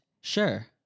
Sure